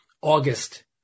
August